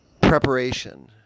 preparation